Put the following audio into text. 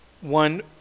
one